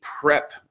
prep